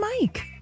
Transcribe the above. Mike